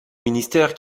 ministère